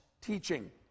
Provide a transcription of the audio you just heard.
teaching